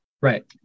Right